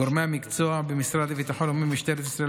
גורמי המקצוע במשרד לביטחון לאומי ובמשטרת ישראל